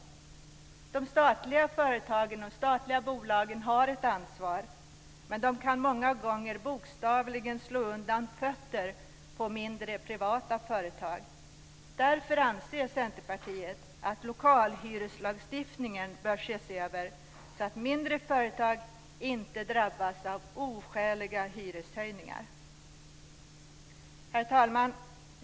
De statliga företagen har ett ansvar. Men de kan många gånger bokstavligen slå undan fötterna på mindre privata företag. Därför anser Centerpartiet att lokalhyreslagstiftningen bör ses över så att mindre företag inte drabbas av oskäliga hyreshöjningar. Herr talman!